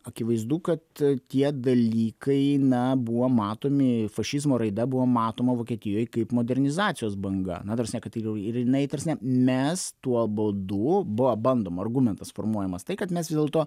akivaizdu kad tie dalykai na buvo matomi fašizmo raida buvo matoma vokietijoj kaip modernizacijos banga na ta prasme kad ir jinai ta prasme mes tuo būdu buvo bandoma argumentas formuojamas tai kad mes vis dėlto